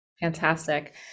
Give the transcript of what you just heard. fantastic